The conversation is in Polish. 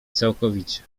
całkowicie